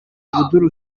abdou